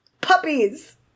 Puppies